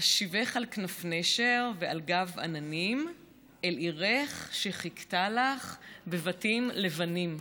"אשיבך על כנף נשר ועל גב עננים / אל עירך שחיכתה לך בבתים לבנים".